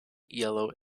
yellow